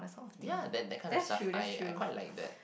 yeah that that kind of stuff I I quite like that